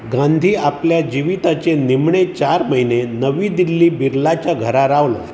गांधी आपल्या जिविताचे निमणे चार म्हयने नवी दिल्ली बिर्लाच्या घरा रावलो